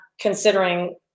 considering